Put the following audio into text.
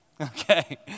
Okay